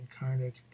incarnate